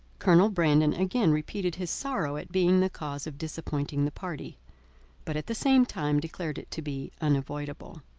colonel brandon again repeated his sorrow at being the cause of disappointing the party but at the same time declared it to be unavoidable.